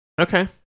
Okay